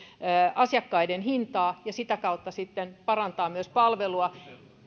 asiakkaiden maksamaa hintaa ja sitä kautta sitten parantaa myös palvelua